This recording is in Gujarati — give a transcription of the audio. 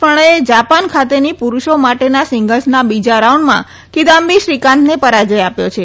પ્રણયે જાપાન ખાતેની પુરૂષો માટેની સિંગલ્સના બીજા રાઉન્ડમાં કિદામ્બી શ્રીકાંતને પરાજય આપ્યો છે